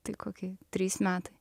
tai kokie trys metai